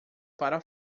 para